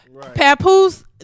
Papoose